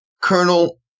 Colonel